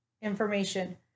information